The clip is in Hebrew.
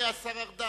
השר ארדן,